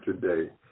today